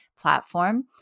platform